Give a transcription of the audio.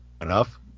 Enough